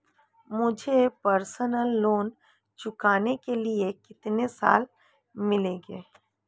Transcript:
मुझे personal loan चुकाने के लिए कितने साल मिलेंगे?